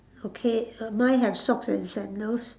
okay err mine have socks and sandals